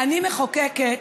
אני מחוקקת